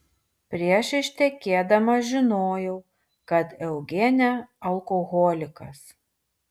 prieš ištekėdama žinojau kad eugene alkoholikas